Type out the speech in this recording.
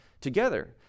together